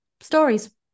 stories